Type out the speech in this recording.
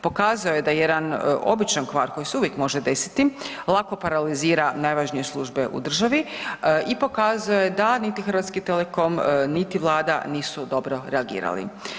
Pokazao je da jedan običan kvar koji se uvijek može desiti lako paralizira najvažnije službe u državi i pokazao je da niti Hrvatski Telekom, niti vlada nisu dobro reagirali.